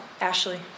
Ashley